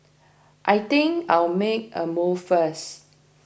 I think I'll make a move first